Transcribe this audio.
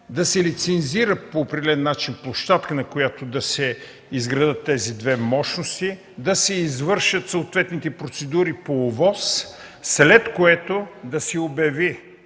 да се лицензира по определен начин площадка, на която да се изградят тези две мощности, да се извършат съответните процедури по ОВОЗ, след което да се обяви